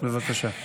בבקשה.